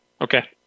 Okay